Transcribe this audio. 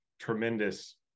tremendous